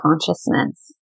consciousness